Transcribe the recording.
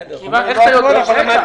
איך אתה יודע?